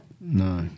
No